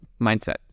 Mindset